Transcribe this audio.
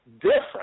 different